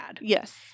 Yes